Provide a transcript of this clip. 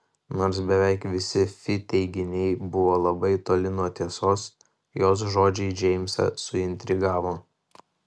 nors beveik visi fi teiginiai buvo labai toli nuo tiesos jos žodžiai džeimsą suintrigavo